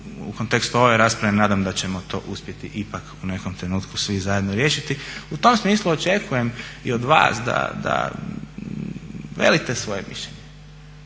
u kontekstu ove rasprave nadam da ćemo to uspjeti ipak u nekom trenutku svi zajedno riješiti. U tom smislu očekujem i od vas da velite svoje mišljenje,